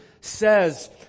says